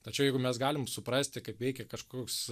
tačiau jeigu mes galim suprasti kaip veikia kažkoks